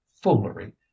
foolery